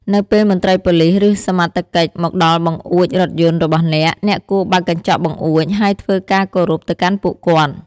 នៅពេលមន្ត្រីប៉ូលិស ឬសមត្ថកិច្ចមកដល់បង្អួចរថយន្តរបស់អ្នក អ្នកគួរបើកកញ្ចក់បង្អួច ហើយធ្វើការគោរពទៅកាន់ពួកគាត់។